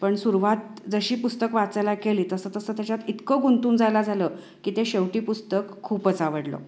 पण सुरुवात जशी पुस्तक वाचायला केली तसं तसं त्याच्यात इतकं गुंतून जायला झालं की ते शेवटी पुस्तक खूपच आवडलं